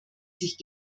sich